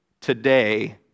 today